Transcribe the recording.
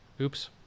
Oops